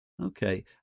Okay